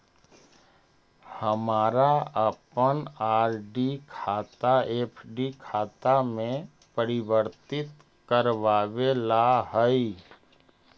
हमारा अपन आर.डी खाता एफ.डी में परिवर्तित करवावे ला हई